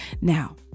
Now